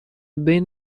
بین